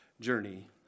journey